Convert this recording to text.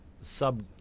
sub